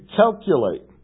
calculate